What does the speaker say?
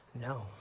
no